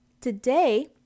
Today